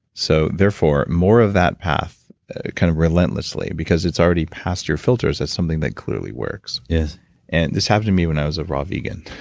so therefore more of that path kind of relentlessly, because it's already past your filters as something that clearly works yes and this happened to me when i was a raw vegan.